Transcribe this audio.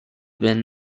been